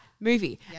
movie